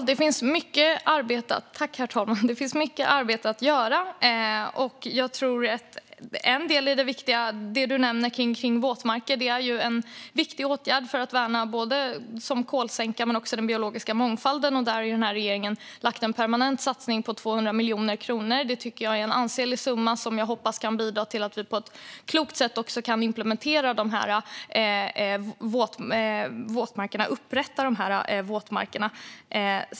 Herr talman! Det finns mycket arbete att göra. En del är den viktiga åtgärd du nämner i fråga om våtmarker, som är viktiga att värna som kolsänkor men också för den biologiska mångfalden. Den här regeringen har gjort en permanent satsning på 200 miljoner kronor. Det tycker jag är en ansenlig summa som jag hoppas kan bidra till att vi på ett klokt sätt kan återupprätta våtmarkerna.